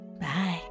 bye